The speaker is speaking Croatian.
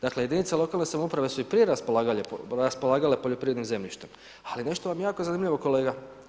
Dakle, jedince lokalne samouprave su i prije raspolagale poljoprivrednim zemljištem, ali nešto vam je jako zanimljivo kolega.